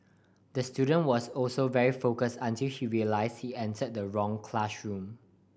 the student was also very focused until he realised he entered the wrong classroom